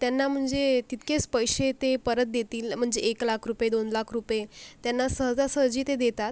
त्यांना म्हणजे तितकेच पैसे ते परत देतील म्हणजे एक लाख रुपये दोन लाख रुपये त्यांना सहजासहजी ते देतात